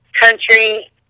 country